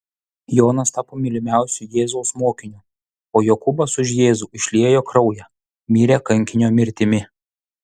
jonas tapo mylimiausiu jėzaus mokiniu o jokūbas už jėzų išliejo kraują mirė kankinio mirtimi